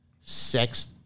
sex